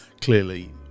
clearly